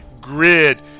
grid